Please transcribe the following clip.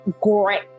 great